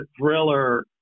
thriller